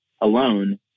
alone